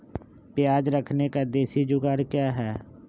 प्याज रखने का देसी जुगाड़ क्या है?